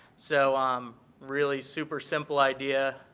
so um really super simple idea.